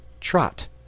trot